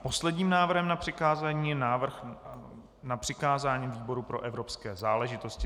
Posledním návrhem na přikázání je návrh na přikázání výboru pro evropské záležitosti.